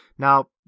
Now